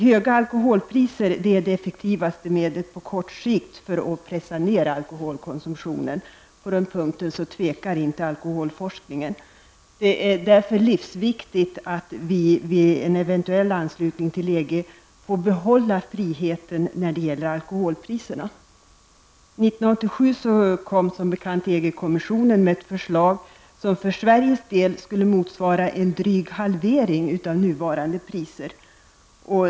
Höga alkoholpriser är det effektivaste medlet på kort sikt för att pressa ned alkoholkonsumtionen. På den punkten tvekar inte alkoholforskarna. Det är därför livsviktigt att vi vid en eventuell anslutning till EG får behålla friheten när det gäller alkoholpriserna. 1987 kom som bekant EG-kommissionen med ett förslag som för Sveriges del skulle motsvara en dryg halvering av nuvarande priser.